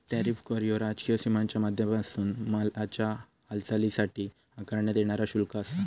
tariff कर ह्यो राजकीय सीमांच्या माध्यमांपासून मालाच्या हालचालीसाठी आकारण्यात येणारा शुल्क आसा